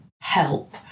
help